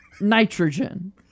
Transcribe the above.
Nitrogen